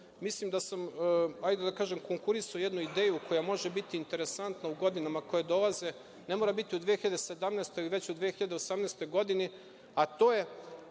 mislim da sam, hajde da kažem, konkurisao jednu ideju koja može biti interesantna u godinama koje dolaze, ne mora biti u 2017. godini, već u 2018. godini, a to je,